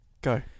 Go